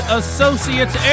associates